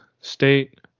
state